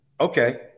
Okay